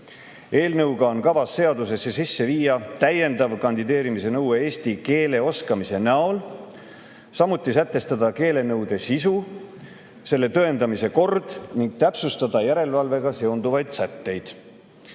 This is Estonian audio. Eelnõuga on kavas seadusesse sisse viia täiendav kandideerimise nõue eesti keele oskamise näol, samuti sätestada keelenõude sisu, selle tõendamise kord ning täpsustada järelevalvega seonduvaid sätteid.